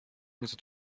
nieco